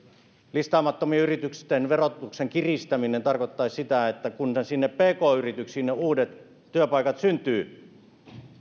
listaamattomien yritysten verotuksen kiristäminen tarkoittaisi sitä että kun sinne pk yrityksiin ne uudet työpaikat syntyvät